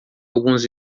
alguns